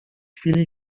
chwili